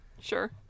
Sure